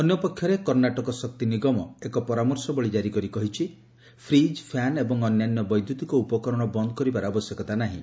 ଅନ୍ୟପକ୍ଷରେ କର୍ଷାଟକ କର୍ଷାଟକ ଶକ୍ତି ନିଗମ ଏକ ପରାମର୍ଶବଳୀ ଜାରି କରି କହିଛି ଫ୍ରକ୍ ଫ୍ୟାନ୍ ଏବଂ ଅନ୍ୟାନ୍ୟ ବୈଦ୍ୟୁତିକ ଉପକରଣ ବନ୍ଦ୍ କରିବାର ଆବଶ୍ୟକତା ନାହିଁ